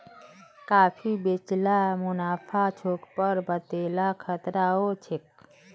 काफी बेच ल मुनाफा छोक पर वतेला खतराओ छोक